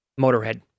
Motorhead